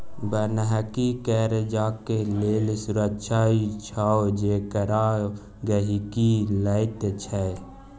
बन्हकी कर्जाक लेल सुरक्षा छै जेकरा गहिंकी लैत छै